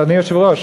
אדוני היושב-ראש,